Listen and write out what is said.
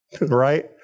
right